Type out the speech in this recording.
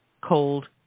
cold